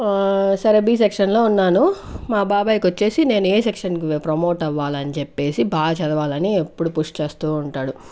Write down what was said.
సరే B section లో ఉన్నాను మా బాబాయ్కొచ్చేసి నేను ఏ సెక్షన్ లో ప్రమోట్ అవ్వాలన్ చెప్పేసి బాగా చదవాలని ఎప్పుడూ పుష్ చేస్తూ ఉంటాడు